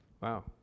Wow